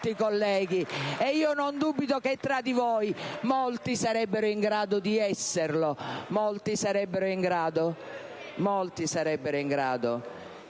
ed io non dubito che tra di voi molti sarebbero in grado di esserlo, molti sarebbero in grado di esprimere la loro